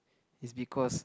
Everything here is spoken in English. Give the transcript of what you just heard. is because